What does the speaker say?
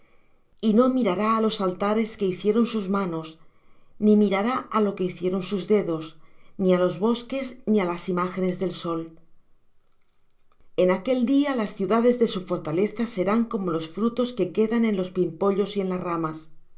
y no mirará á los altares que hicieron sus manos ni mirará á lo que hicieron sus dedos ni á los bosques ni á las imágenes del sol en aquel día las ciudades de su fortaleza serán como los frutos que quedan en los pimpollos y en las ramas